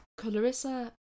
Colorissa